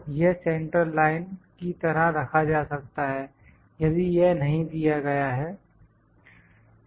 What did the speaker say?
यह central line की तरह रखा जा सकता है यदि यह नहीं दिया गया है